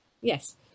Yes